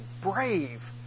brave